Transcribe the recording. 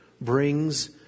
brings